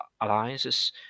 alliances